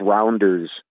rounders